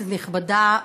כנסת נכבדה,